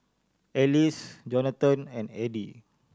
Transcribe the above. Alyce Jonatan and Eddy